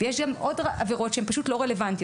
יש עוד עבירות שהן פשוט לא רלוונטיות.